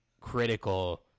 critical